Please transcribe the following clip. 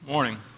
morning